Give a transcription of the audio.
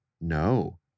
no